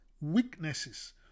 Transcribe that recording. weaknesses